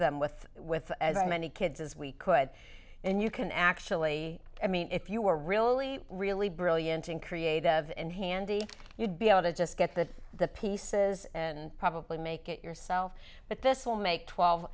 them with with as many kids as we could and you can actually i mean if you were really really brilliant and creative and handy you'd be able to just get the the pieces and probably make it yourself but this will make twelve